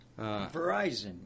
Verizon